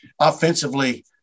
offensively